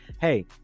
hey